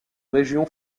région